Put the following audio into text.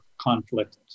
conflict